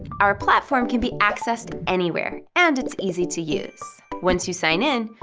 our platform can be accessed and anywhere! and it's easy to use. once you sign in,